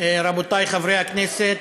רבותי חברי הכנסת,